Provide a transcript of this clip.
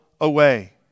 away